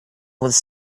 with